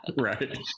Right